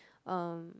um